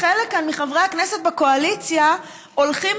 חלק כאן מחברי הכנסת בקואליציה הולכים